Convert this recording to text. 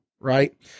right